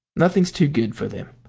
nothing's too good for them.